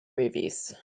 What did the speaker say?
movies